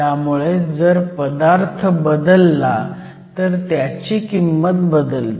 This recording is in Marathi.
त्यामुळे जर पदार्थ बदलला तर ह्याची किंमत बदलेल